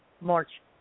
March